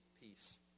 peace